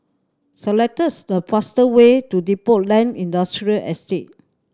select the fast way to Depot Lane Industrial Estate